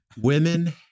women